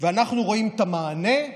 ואנחנו רואים את המענה,